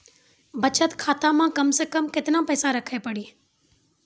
बचत खाता मे कम से कम केतना पैसा रखे पड़ी?